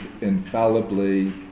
infallibly